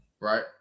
right